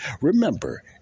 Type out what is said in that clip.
Remember